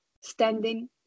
standing